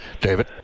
David